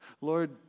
Lord